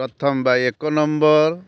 ପ୍ରଥମ ବା ଏକ ନମ୍ବର